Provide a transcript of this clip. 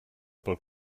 pel